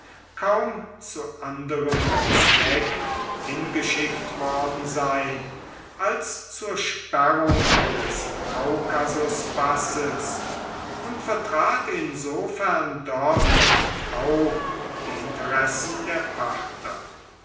kaum zu anderem zweck hingeschickt worden sein als zur sperrung des kaukasuspasses und vertrat insofern dort auch die interessen der parther